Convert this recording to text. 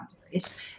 boundaries